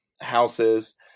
houses